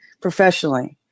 professionally